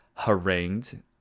harangued